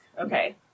Okay